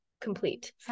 complete